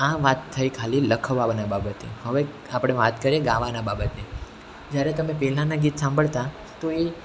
આ વાત થઈ ખાલી લખવાને બાબતે હવે આપણે વાત કરીએ ગાવાના બાબતની જ્યારે તમે પહેલાંના ગીત સાંભળતા તો એ